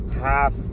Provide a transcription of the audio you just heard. half